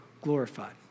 glorified